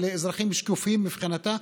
אלה אזרחים שקופים מבחינתה,